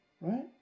right